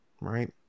right